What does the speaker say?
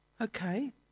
Okay